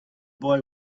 boy